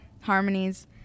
harmonies